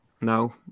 No